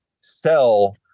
sell